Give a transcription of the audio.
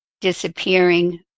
disappearing